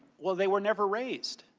well, they were never raised.